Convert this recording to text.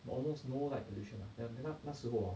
and almost no light pollution ah and 那那时 hor